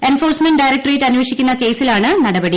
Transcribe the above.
enforcement directorate അന്വേഷിക്കുന്ന കേസിലാണ് നടപടി